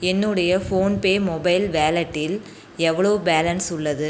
என்னுடைய ஃபோன்பே மொபைல் வாலெட்டில் எவ்வளவு பேலன்ஸ் உள்ளது